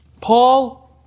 Paul